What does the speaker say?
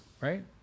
Right